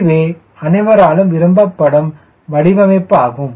இதுவே அனைவராலும் விரும்பப்படும் வடிவமைப்பாகும்